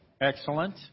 Excellent